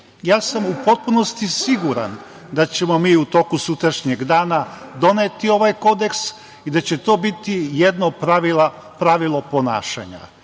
donesemo.U potpunosti sam siguran da ćemo mi u toku sutrašnjeg dana doneti ovaj kodeks i da će to biti jedno pravilo ponašanja.U